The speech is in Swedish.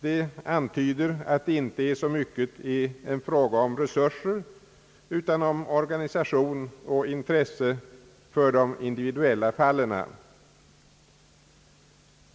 Det antyder att det inte är så mycket en fråga om resurser som en fråga om organisation och intresse för de individuella fallen.